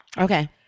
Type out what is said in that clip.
Okay